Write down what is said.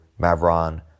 Mavron